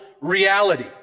reality